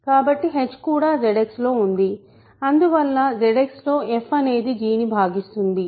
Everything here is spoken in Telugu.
కాబట్టి h కూడా ZX లో ఉంది అందువల్ల ZX లో f అనేది g ను భాగిస్తుంది